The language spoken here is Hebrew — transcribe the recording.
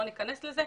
לא ניכנס לזה,